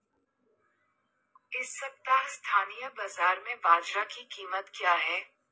इस सप्ताह स्थानीय बाज़ार में बाजरा की कीमत क्या है?